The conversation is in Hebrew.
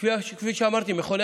כפי שאמרתי, מכוני